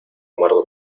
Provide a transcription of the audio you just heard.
muerto